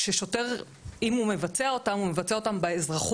כששוטר, אם הוא מבצע אותן, הוא מבצע אותן באזרחות.